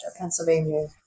Pennsylvania